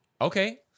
okay